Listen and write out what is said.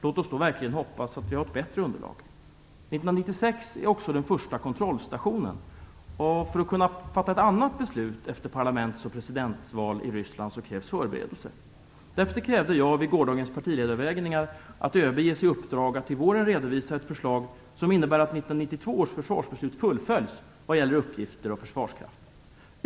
Låt oss då verkligen hoppas att vi har ett bättre underlag. 1996 är också den första kontrollstationen. För att kunna fatta ett annat beslut efter parlaments och presidentval i Ryssland krävs förberedelser. Därför krävde jag vid gårdagens partiledaröverläggningar att ÖB ges i uppdrag att till våren redovisa ett förslag som innebär att 1992 års försvarsbeslut fullföljs vad gäller uppgifter och försvarskraft.